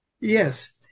Yes